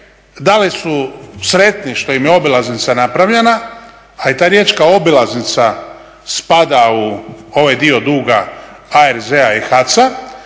da li su sretni što im je obilaznica napravljena, a i ta riječka obilaznica spada u ovaj dio duga ARZ-a i HAC-a